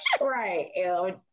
right